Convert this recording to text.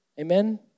Amen